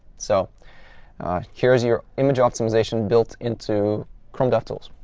so here's your image optimization built into chrome devtools.